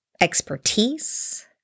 expertise